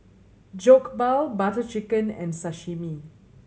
Jokbal Butter Chicken and Sashimi